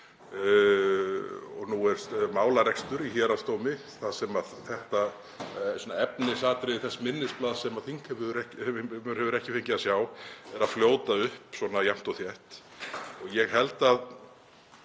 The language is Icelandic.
Nú er málarekstur í héraðsdómi þar sem efnisatriði þess minnisblaðs sem þingheimur hefur ekki fengið að sjá eru að fljóta upp svona jafnt og þétt. Ég held að